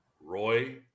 roy